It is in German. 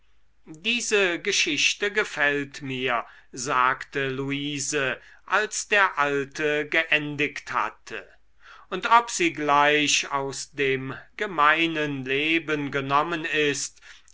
diese geschichte gefällt mir sagte luise als der alte geendigt hatte und ob sie gleich aus dem gemeinen leben genommen ist